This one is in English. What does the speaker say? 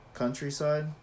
countryside